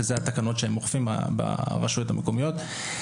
שאלה התקנות שהם אוכפים ברשויות המקומיות,